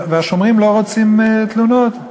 השומרים לא רוצים תלונות,